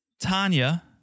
Tanya